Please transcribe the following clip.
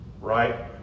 Right